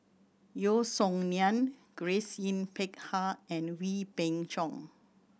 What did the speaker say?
Yeo Song Nian Grace Yin Peck Ha and Wee Beng Chong